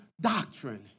doctrine